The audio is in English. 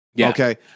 Okay